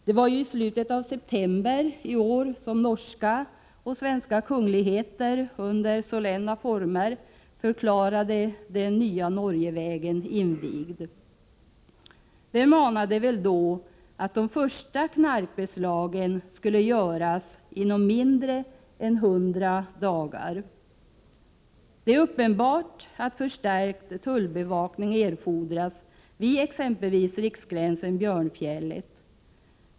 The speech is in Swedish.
Det var i slutet av september i år som norska och svenska kungligheter i solenna former förklarade den nya Norgevägen invigd. Vem anade väl då att de första knarkbeslagen skulle göras inom mindre än 100 dagar. Det är uppenbart att förstärkt tullbevakning erfordras vid exempelvis Riksgränsen-Björnfjell.